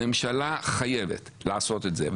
הממשלה חייב לעשות את זה,